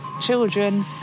children